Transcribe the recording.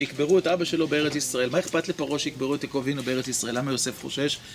יקברו את אבא שלו בארץ ישראל, מה אכפת לפרעה שיקברו את יעקב אבינו בארץ ישראל? למה יוסף חושש?